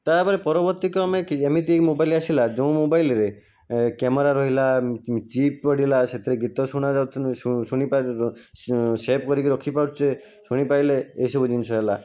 ତା'ପରେ ପରବର୍ତ୍ତୀ କ୍ରମେ ଏମିତି ମୋବାଇଲ୍ ଆସିଲା ଯୋଉ ମୋବାଇଲ୍ରେ କ୍ୟାମେରା ରହିଲା ଚିପ୍ ପଡ଼ିଲା ସେଥିରେ ଗୀତ ସେଭ୍ କରିକି ରଖି ପାରୁଛେ ଶୁଣିପାରିଲେ ଏ ସବୁ ଜିନିଷ ହେଲା